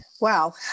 Wow